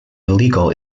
illegal